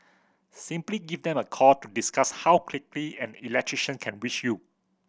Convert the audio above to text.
simply give them a call to discuss how quickly an electrician can reach you